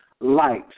light